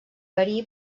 verí